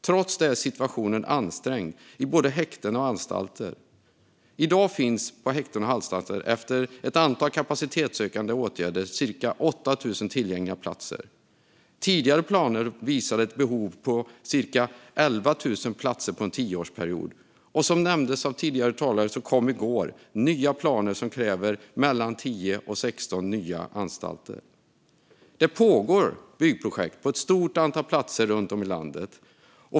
Trots det är situationen ansträngd både i häkten och på anstalter. I dag finns, efter ett antal kapacitetsökande åtgärder, cirka 8 000 tillgängliga platser. Tidigare planer visade ett behov på cirka 11 000 platser under en tioårsperiod. Som också nämndes av tidigare talare kom det i går nya planer som kräver mellan 10 och 16 nya anstalter. Det pågår byggprojekt på ett stort antal platser runt om i landet.